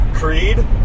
Creed